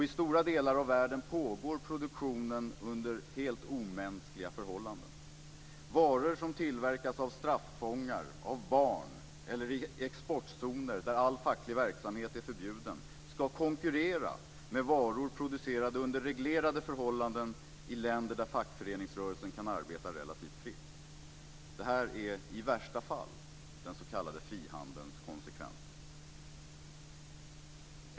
I stora delar av världen pågår produktionen under helt omänskliga förhållanden. Varor som tillverkas av straffångar, av barn eller i exportzoner där all facklig verksamhet är förbjuden ska konkurrera med varor producerade under reglerade förhållanden i länder där fackföreningsrörelsen kan arbeta relativt fritt. Detta är i värsta fall den s.k. frihandelns konsekvenser.